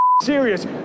serious